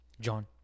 John